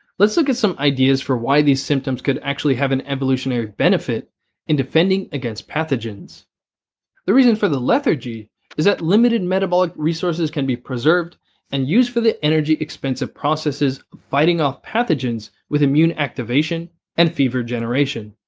let's look at some ideas for why these symptoms could actually have an evolutionary benefit in defending against pathogens the reason for the lethargy is that limited metabolic resources can be preserved and used for the energy expensive processes of fighting off pathogens with immune activation and fever generation.